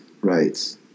right